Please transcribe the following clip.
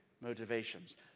motivations